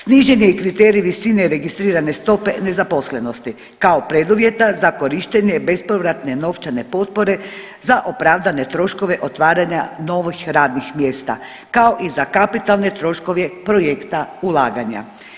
Snižen je i kriterij visine registrirane stope nezaposlenosti kao preduvjeta za korištenje bespovratne novčane potpore za opravdane troškove otvaranja novih radnih mjesta kao i za kapitalne troškove projekta ulaganja.